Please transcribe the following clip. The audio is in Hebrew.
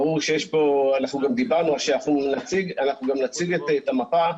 אנחנו גם נציג את המפה.